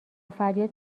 فریاد